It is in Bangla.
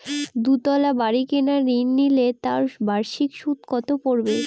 দুতলা বাড়ী কেনার ঋণ নিলে তার বার্ষিক সুদ কত পড়বে?